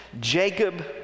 Jacob